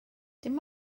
dim